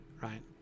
right